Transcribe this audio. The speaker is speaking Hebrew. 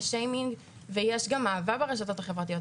יש שיימינג ויש גם אהבה ברשתות החברתיות,